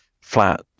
flat